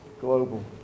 global